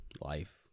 life